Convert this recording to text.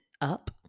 up